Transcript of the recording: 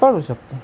पाळू शकते